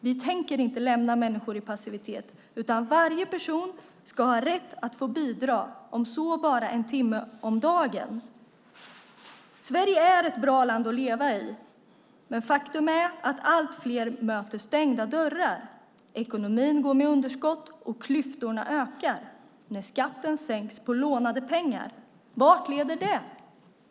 Vi tänker inte lämna människor i passivitet, utan varje person ska ha rätt att få bidra om så bara en timme om dagen. Sverige är ett bra land att leva i. Men faktum är att allt fler möter stängda dörrar. Ekonomin går med underskott och klyftorna ökar när skatten sänks på lånade pengar. Vart leder det?